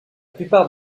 plupart